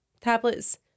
tablets